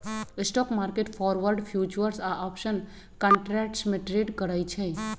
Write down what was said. stock market forward, futures या option contracts में trade करई छई